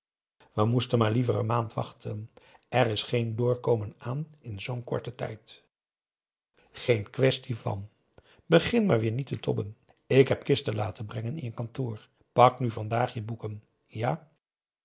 we moesten maar liever een maand wachten er is geen doorkomen aan in zoo'n korten tijd geen quaestie van begin maar weêr niet te tobben ik heb kisten laten brengen in je kantoor pak nu vandaag je boeken ja